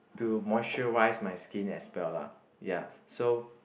to moisturize my skin as well lah ya so